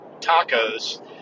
tacos